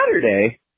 Saturday